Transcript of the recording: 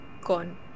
gone